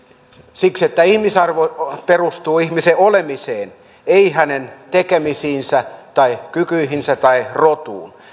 siksi että ihmisarvo perustuu ihmisen olemiseen ei hänen tekemisiinsä tai kykyihinsä tai rotuunsa